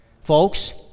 Folks